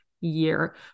year